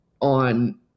on